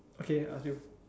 okay I ask you